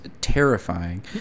terrifying